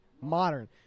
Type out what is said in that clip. modern